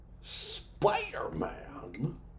Spider-Man